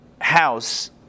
house